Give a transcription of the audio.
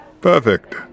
Perfect